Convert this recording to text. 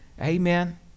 Amen